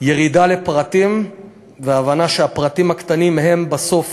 ירידה לפרטים, הבנה שבסוף